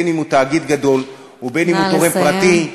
בין שהוא תאגיד גדול ובין שהוא תורם פרטי,